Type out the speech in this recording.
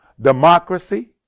democracy